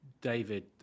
David